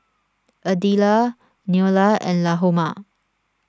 Adelia Neola and Lahoma